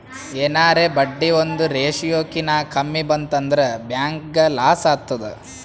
ಎನಾರೇ ಬಡ್ಡಿ ಒಂದ್ ರೇಶಿಯೋ ಕಿನಾ ಕಮ್ಮಿ ಬಂತ್ ಅಂದುರ್ ಬ್ಯಾಂಕ್ಗ ಲಾಸ್ ಆತ್ತುದ್